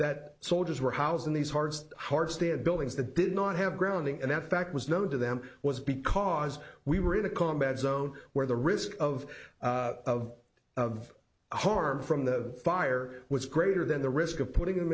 that soldiers were housed in these hard hard stand buildings the did not have grounding and that fact was known to them was because we were in a combat zone where the risk of of of harm from the fire was greater than the risk of putting them